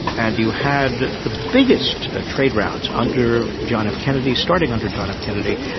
and you had the biggest ah trade routes under john f kennedy, starting under john f kennedy,